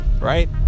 right